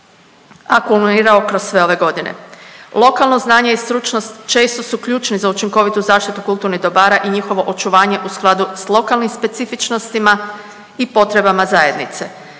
akumulirao kroz sve ove godine. Lokalno znanje i stručnost često su ključni za učinkovito zaštitu kulturnih dobara i njihovo očuvanje s lokalnim specifičnostima i potrebama zajednice.